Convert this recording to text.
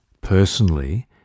personally